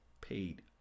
paid